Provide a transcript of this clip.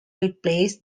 replaced